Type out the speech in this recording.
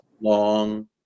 long